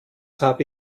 habe